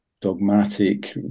dogmatic